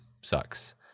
sucks